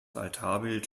altarbild